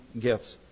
gifts